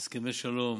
הסכמי שלום